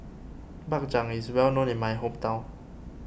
Bak Chang is well known in my hometown